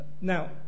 Now